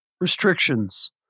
restrictions